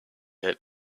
had